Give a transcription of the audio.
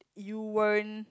you weren't